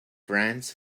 franz